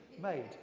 made